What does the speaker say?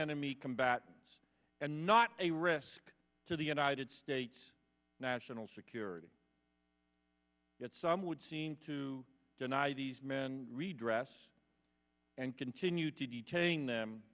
enemy combatants and not a risk to the united states national security that some would seem to deny these men redress and continue to detain them